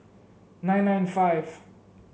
nine nine five